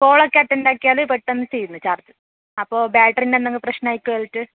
കോളോക്കെ attend ആക്കിയാൽ പെട്ടന്ന് തീരുന്നു ചാർജ് അപ്പോൾ ബാറ്ററി എന്തെങ്ങും പ്രശ്നായിക്കോ അതൊക്കെ